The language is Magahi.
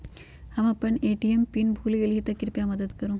हम अपन ए.टी.एम पीन भूल गेली ह, कृपया मदत करू